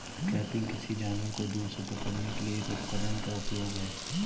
trapping, किसी जानवर को दूर से पकड़ने के लिए एक उपकरण का उपयोग है